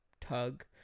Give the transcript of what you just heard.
tug